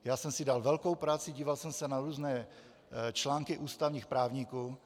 Já jsem si dal velkou práci, díval jsem se na různé články ústavních právníků.